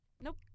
nope